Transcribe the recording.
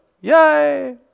yay